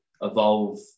evolve